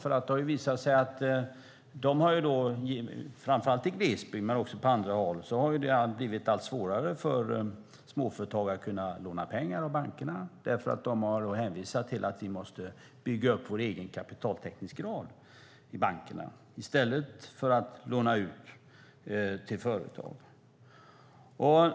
Det har nämligen visat sig att det framför allt i glesbygd men också på andra hål har blivit allt svårare för småföretagare att låna pengar av bankerna. Bankerna har hänvisat till att de måste bygga upp sin egen kapitaltäckningsgrad i stället för att låna ut till företag.